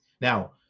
Now